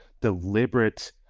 deliberate